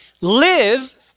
Live